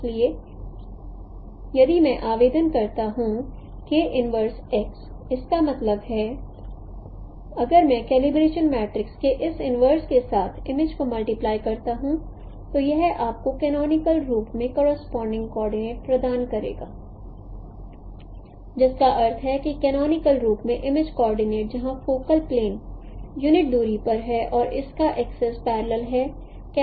इसलिए यदि मैं आवेदन करता हूं इसका मतलब है अगर मैं कलिब्रेशन मैट्रिक्स के इस इनवर्स के साथ इमेज को मल्टीप्लाई करता हूं तो यह आपको कनोनिकल रूप में करोसपोंडिंग कोऑर्डिनेट प्रदान करेगा जिसका अर्थ है कि कनोनिकल रूप में इमेज कोऑर्डिनेट जहां फोकल प्लेन यूनिट दूरी पर है और इसका एक्सिस पैरलल है